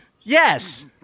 Yes